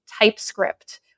typescript